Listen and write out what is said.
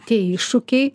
tie iššūkiai